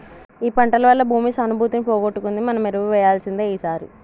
ఈ పంటల వల్ల భూమి సానుభూతిని పోగొట్టుకుంది మనం ఎరువు వేయాల్సిందే ఈసారి